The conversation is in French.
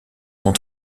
sont